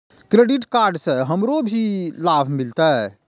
Credit card से हमरो की लाभ मिलते?